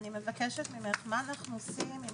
מבקשת, מה אנחנו עושים?